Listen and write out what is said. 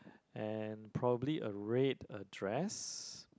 and probably a red uh dress